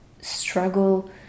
struggle